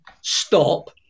stop